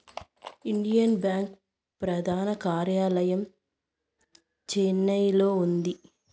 Indian bank ప్రధాన కార్యాలయం చెన్నైలో ఉంది